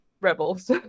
rebels